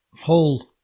whole